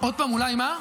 עוד פעם, אולי מה?